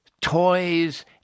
toys